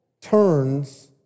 turns